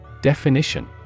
Definition